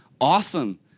awesome